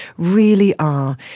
really are,